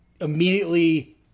immediately